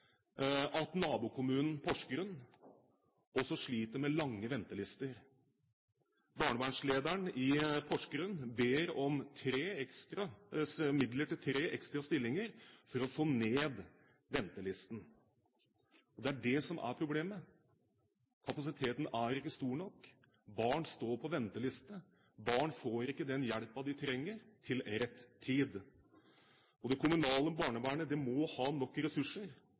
at nabokommunen, Porsgrunn, også sliter med lange ventelister. Barnevernslederen i Porsgrunn ber om midler til tre ekstra stillinger for å få ned antallet på ventelisten. Det er det som er problemet – kapasiteten er ikke stor nok, barn står på venteliste, og barn får ikke den hjelpen de trenger, til rett tid. Det kommunale barnevernet må ha nok ressurser,